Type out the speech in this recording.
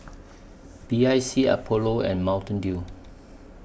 B I C Apollo and Mountain Dew